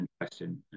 interesting